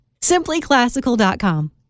Simplyclassical.com